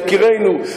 יקירינו,